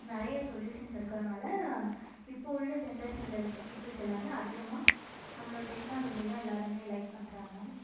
நிறைய சொல்யூஷன்ஸ் இருக்கிறதுனால இப்போ உள்ள ஜென்ரேஷனில் இருக்கற பீப்புள்ஸ் எல்லாமே அதிகமாக நம்மளோட டெக்னாலஜியை தான் எல்லோருமே லைக் பண்ணுறாங்க